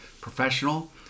professional